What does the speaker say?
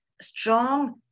strong